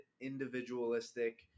individualistic